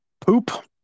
poop